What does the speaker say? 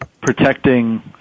protecting